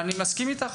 אני מסכים איתך.